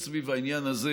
יש סביב העניין הזה